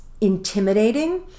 intimidating